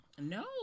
No